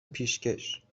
پیشکش